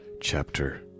chapter